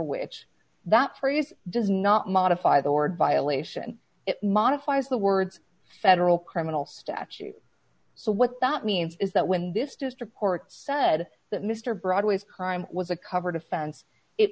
which that phrase does not modify the word violation it modifies the words federal criminal statute so what that means is that when this district court said that mr broadway's crime was a covered offense it